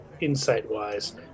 insight-wise